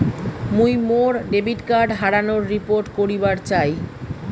মুই মোর debit card হারানোর রিপোর্ট করিবার চাই